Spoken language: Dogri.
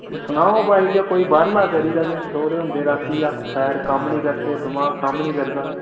ते सनाओ भाई जा कोई बारह्ला करी दा किश दौरे होंदे रातीं हत्थ पैर कम्म नी करदे दमाग कम्म नी करदा